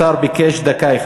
השר עכשיו ביקש דקה.